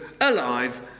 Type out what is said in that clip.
alive